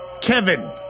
kevin